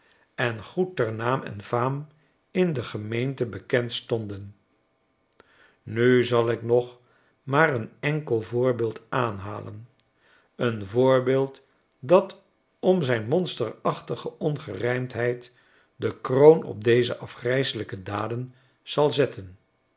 en goed ter naam en faam in de gemeente bekend stonden nu zal ik nog maar een enkel voorbeeld aanhalen een voorbeeld dat om zijn monsterachtige ongerijmdheid de kroon op deze afgrijselijke daden zal zetten